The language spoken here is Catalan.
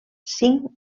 cinc